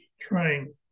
trying